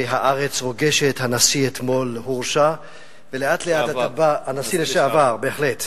והארץ רוגשת, הנשיא הורשע אתמול, לשעבר.